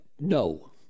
no